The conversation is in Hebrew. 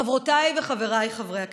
חברותיי וחבריי חברי הכנסת,